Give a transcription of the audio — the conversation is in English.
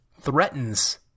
threatens